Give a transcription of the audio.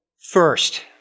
First